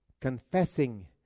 confessing